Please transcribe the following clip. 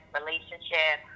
relationship